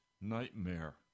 nightmare